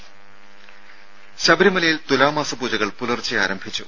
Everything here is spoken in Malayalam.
രുര ശബരിമലയിൽ തുലാമാസ പൂജകൾ പുലർച്ചെ ആരംഭിച്ചു